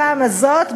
בפעם הזאת,